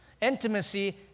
intimacy